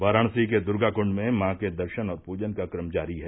वाराणसी के दुर्गाकुंड में मां के दर्शन और पूजन का कम जारी है